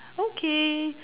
okay